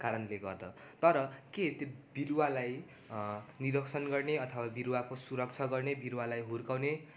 कारणले गर्दा तर के त्यो बिरुवालाई निरीक्षण गर्ने अथवा बिरुवाको सुरक्षा गर्ने बिरुवालाई हुर्काउने